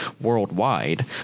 worldwide